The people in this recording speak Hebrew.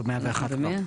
לא, 101 כבר.